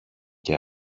και